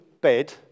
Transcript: bed